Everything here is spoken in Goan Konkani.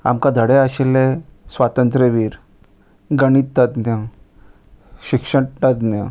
आमकां धडे आशिल्ले स्वातंत्र वीर गणित तज्ञ शिक्षण तज्ञ